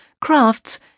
crafts